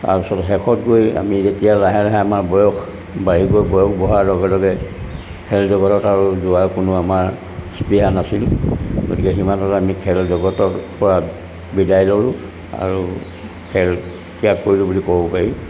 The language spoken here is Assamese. তাৰপিছত শেষত গৈ আমি যেতিয়া লাহে লাহে আমাৰ বয়স বাঢ়ি গৈ বয়স বঢ়াৰ লগে লগে খেল জগতত আৰু যোৱাৰ কোনো আমাৰ স্পৃহা নাছিল গতিকে সিমানতে আমি খেল জগতৰ পৰা বিদাই ল'লোঁ আৰু খেল ত্যাগ কৰিলো বুলি ক'ব পাৰি